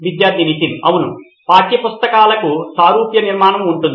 విద్యార్థి నితిన్ అవును పాఠ్యపుస్తకాలకు సారూప్య నిర్మాణం ఉంటుంది